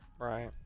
Right